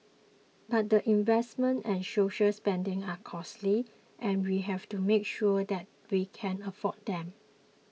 but the investments and social spending are costly and we have to make sure that we can afford them